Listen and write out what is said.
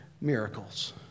miracles